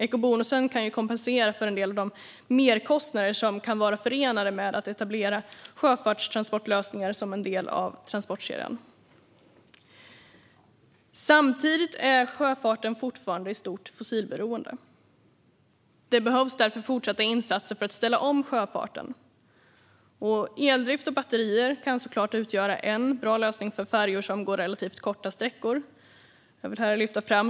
Eco-bonusen kan kompensera för en del av de merkostnader som kan vara förenade med att etablera sjötransportlösningar som en del av transportkedjan. Samtidigt är sjöfarten fortfarande i stort fossilberoende. Det behövs därför fortsatta insatser för att ställa om sjöfarten. Eldrift och batterier kan såklart utgöra en bra lösning för färjor som går relativt korta sträckor.